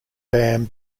bam